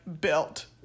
built